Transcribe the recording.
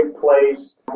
place